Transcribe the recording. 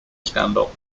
scandal